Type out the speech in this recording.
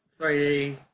3D